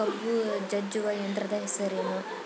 ಕಬ್ಬು ಜಜ್ಜುವ ಯಂತ್ರದ ಹೆಸರೇನು?